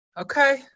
Okay